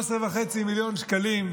13.5 מיליון שקלים,